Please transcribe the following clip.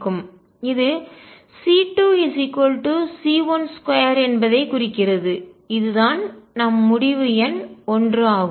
இது C2C12 என்பதை ஐ குறிக்கிறது இது தான் நம் முடிவு எண் 1 ஆகும்